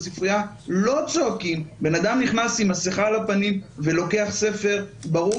בספריה לא צועקים בנאדם נכנס עם מסיכה על הפנים ולוקח ספר ברור